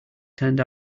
turned